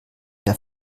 der